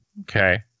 Okay